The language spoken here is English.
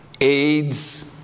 AIDS